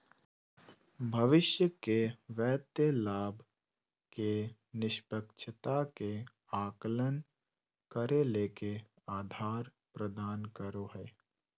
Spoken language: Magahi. भविष्य के वित्तीय लाभ के निष्पक्षता के आकलन करे ले के आधार प्रदान करो हइ?